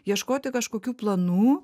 ieškoti kažkokių planų